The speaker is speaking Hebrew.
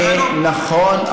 נכון.